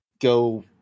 go